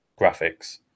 graphics